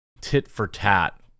tit-for-tat